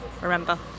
remember